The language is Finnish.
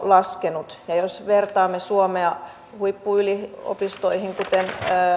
laskenut ja jos vertaamme suomea huippuyliopistoihin kuten